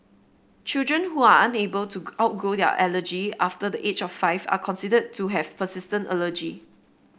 children who are unable to outgrow their allergy after the age of five are considered to have persistent allergy